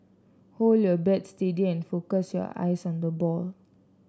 hold your bat steady and focus your eyes on the ball